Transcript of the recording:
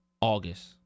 August